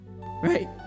Right